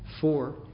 Four